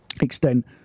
extent